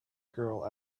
girl